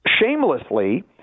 shamelessly